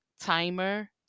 Timer